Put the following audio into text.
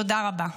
תודה רבה.